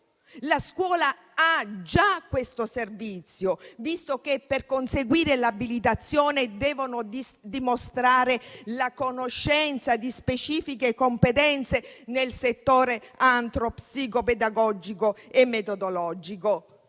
La scuola ha già questo servizio, visto che, per conseguire l'abilitazione, si deve dimostrare la conoscenza di specifiche competenze nel settore antropo-psicopedagogico e metodologico.